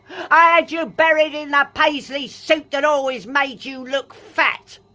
i had you buried in the paisley suit that always made you look fat!